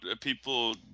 people